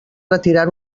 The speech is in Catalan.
retirar